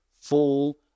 full